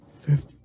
fifth